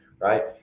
right